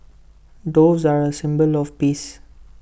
doves are A symbol of peace